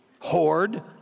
Hoard